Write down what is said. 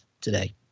today